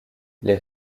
les